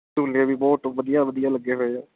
ਝੂਲੇ ਵੀ ਬਹੁਤ ਵਧੀਆ ਵਧੀਆ ਲੱਗੇ ਹੋਏ ਐ